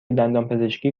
دندانپزشکی